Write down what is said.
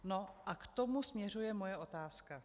A k tomu směřuje moje otázka.